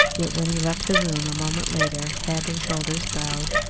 yet when he left the room a moment later, head and shoulders bowed,